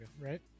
right